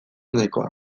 nahikoa